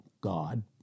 God